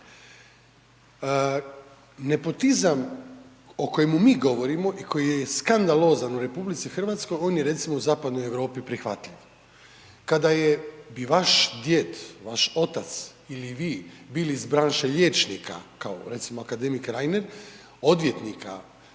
Nepotizam o kojemu mi govorimo i koji je skandalozan u RH on je recimo Zapadnoj Europi prihvatljiv. Kada bi vaš djed, vaš otac ili vi bili iz branše liječnika kao recimo akademik Reiner, odvjetnika,